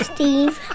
Steve